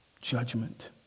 Judgment